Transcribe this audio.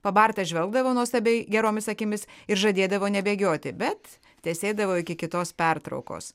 pabartas žvelgdavo nuostabiai geromis akimis ir žadėdavo nebėgioti bet tesėdavo iki kitos pertraukos